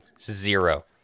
Zero